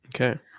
Okay